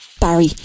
Barry